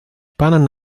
pan